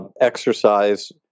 exercise